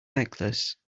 necklace